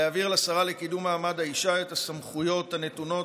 להעביר לשרה לקידום מעמד האישה את הסמכויות הנתונות